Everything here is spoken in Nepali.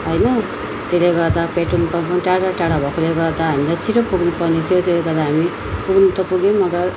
होइन त्यसले गर्दा पेट्रोल पम्प पनि टाढा टाढा भएकोले गर्दा हामीलाई छिटो पुग्नु पर्ने थियो त्यही भएर हामी पुग्नु त पुग्यौँ मगर